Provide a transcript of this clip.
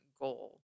goal